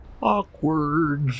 Awkward